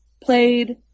played